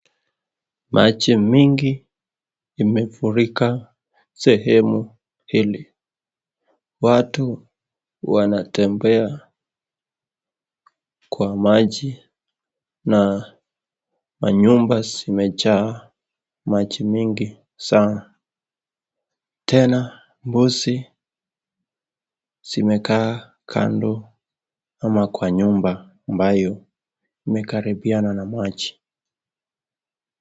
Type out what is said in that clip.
Maji mingi imefurika sehemu hili. Watu wanatembea kwa maji na manyumba zimejaa maji mingi sana. Tena mbuzi zimekaa kando ama kwa nyumba ambayo imekaribiana na maji.